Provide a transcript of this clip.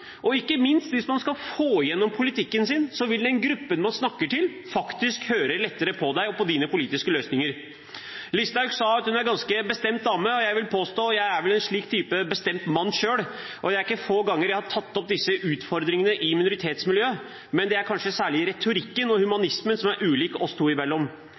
selv. Ikke minst, hvis man skal få igjennom politikken sin, vil den gruppen man snakker til, faktisk høre lettere på deg og på dine politiske løsninger. Statsråd Listhaug sa at hun er en ganske bestemt dame, og jeg vil påstå at jeg er vel en slik type bestemt mann selv, og det er ikke få ganger jeg har tatt opp disse utfordringene i minoritetsmiljøet, men det er kanskje særlig retorikken og humanismen som er ulik oss to imellom.